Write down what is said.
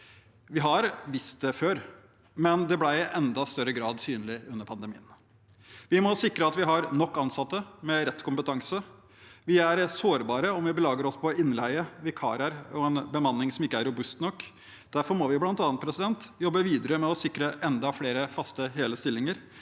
Vi har visst det før, men det ble i enda større grad synlig under pandemien. Vi må sikre at vi har nok ansatte med rett kompetanse. Vi er sårbare om vi belager oss på innleie, vikarer og en bemanning som ikke er robust nok. Derfor må vi bl.a. jobbe videre med å sikre enda flere faste, hele stillinger,